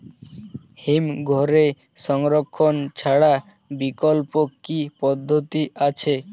হিমঘরে সংরক্ষণ ছাড়া বিকল্প কি পদ্ধতি আছে?